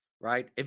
Right